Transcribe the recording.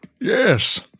Yes